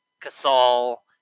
Casal